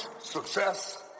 success